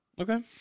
Okay